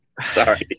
Sorry